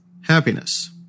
happiness